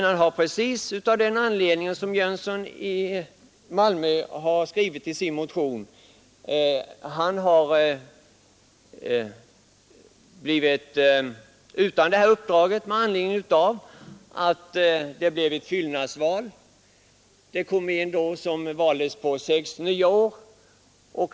Han blev inte omvald med anledning av att det blev ett fyllnadsval. En person valdes på en ny period av sex år.